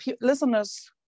listeners